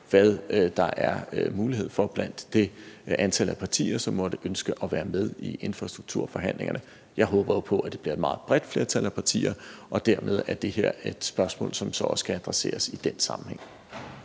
hvad der er mulighed for blandt det antal af partier, som måtte ønske at være med i infrastrukturforhandlingerne. Jeg håber jo på, at det bliver et meget bredt flertal af partier og dermed, at det her er et spørgsmål, som så også skal adresseres i den sammenhæng.